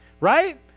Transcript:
right